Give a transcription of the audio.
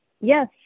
Yes